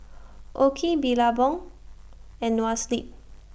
OKI Billabong and Noa Sleep